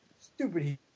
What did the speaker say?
stupid